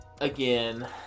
again